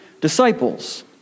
disciples